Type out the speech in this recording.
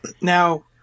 Now